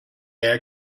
air